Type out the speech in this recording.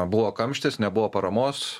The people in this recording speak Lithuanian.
buvo kamštis nebuvo paramos